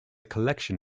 collection